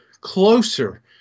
closer